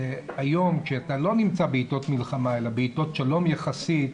היום כשאתה לא נמצא בעיתות מלחמה אלא בעיתות שלום יחסי,